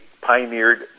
pioneered